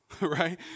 Right